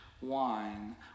wine